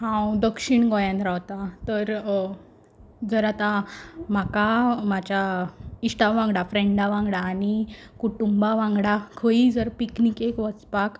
हांव दक्षीण गोंयान रावता तर धर आतां म्हाका म्हाज्या इश्टा वांगडा फ्रँडा वांगडा आनी कुटुंबा वांगडा खंयीय जर पिकनिकेक वचपाक